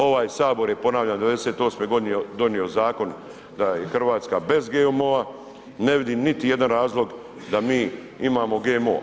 Ovaj Sabor je ponavljam '98. donio zakon da je Hrvatska bez GMO-a, ne vidim niti jedan razlog da mi imamo GMO.